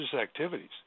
activities